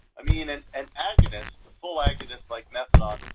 i mean and an agonist, a full agonist like methadone,